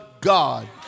God